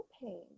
pain